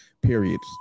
periods